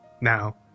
Now